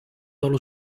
dallo